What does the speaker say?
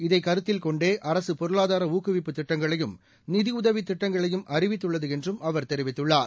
இதைகருத்தில்கொண்டே அரசுபொருளாதாரஊக்குவிப்பு திட்டங்களையும் நிதியுதவிதிட்டங்களையும் அறிவித்துள்ளதுஎன்றும் அவர் தெரிவித்துள்ளார்